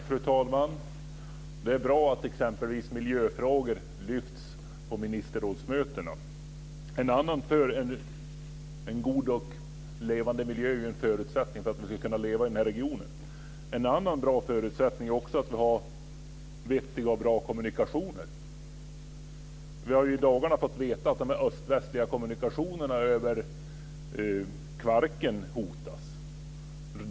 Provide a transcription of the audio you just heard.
Fru talman! Det är bra att miljöfrågor lyfts fram på ministerrådsmötena. En god och levande miljö är ju en förutsättning för att vi ska kunna leva i den här regionen. En annan förutsättning är att vi har vettiga och bra kommunikationer. I dagarna har vi fått veta att de öst-västliga kommunikationerna över Kvarken hotas.